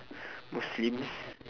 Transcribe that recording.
muslims